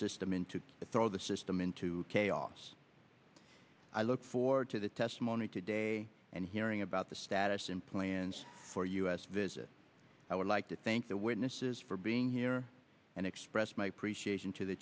system to throw the system into chaos i look forward to the testimony today and hearing about the status and plans for us i would like to thank the witnesses for being here and express my appreciation to the